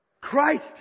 Christ